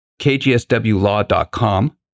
kgswlaw.com